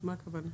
מה הכוונה?